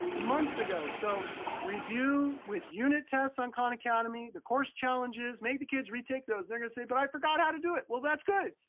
months ago. so review with unit tests on khan academy, the course challenges, make the kids retake those. they're gonna say, but i forgot how to do it! well that's good!